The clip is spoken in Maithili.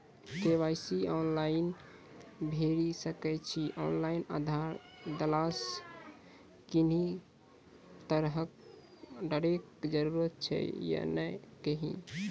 के.वाई.सी ऑनलाइन भैरि सकैत छी, ऑनलाइन आधार देलासॅ कुनू तरहक डरैक जरूरत छै या नै कहू?